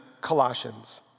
Colossians